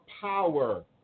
power